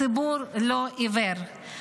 הציבור לא עיוור.